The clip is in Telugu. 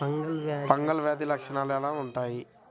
ఫంగల్ వ్యాధి లక్షనాలు ఎలా వుంటాయి?